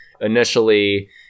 initially